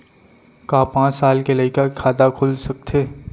का पाँच साल के लइका के खाता खुल सकथे?